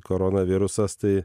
koronavirusas tai